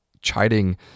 chiding